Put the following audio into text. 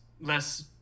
less